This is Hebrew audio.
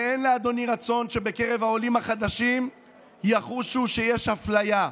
ואין לאדוני רצון שבקרב העולים החדשים יחושו שיש אפליה.